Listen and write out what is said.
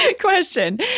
Question